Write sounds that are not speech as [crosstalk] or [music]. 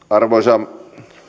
[unintelligible] arvoisa